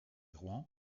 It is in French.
rouen